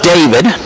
David